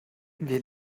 wir